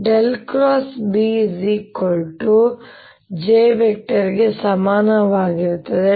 Bjಗೆ ಸಮಾನವಾಗಿರುತ್ತದೆ ಮತ್ತು